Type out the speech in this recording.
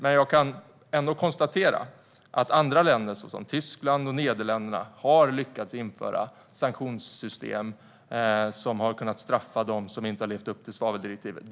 Men jag kan ändå konstatera att andra länder, såsom Tyskland och Nederländerna, har lyckats införa sanktionssystem som har kunnat straffa dem som inte har levt upp till svaveldirektivet.